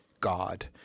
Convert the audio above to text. God